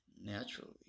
naturally